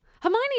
Hermione